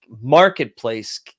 marketplace